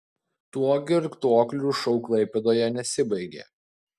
tuo girtuoklių šou klaipėdoje nesibaigė